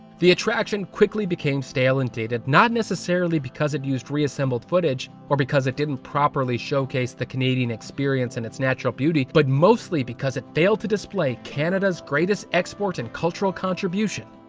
the attraction quickly became stale and dated. not necessarily beacuse it used reassembled footage, or because it didn't properly showcase the canadian experience and its natural beauty, but mostly because it failed to display canada's greatest export and cultural contribution,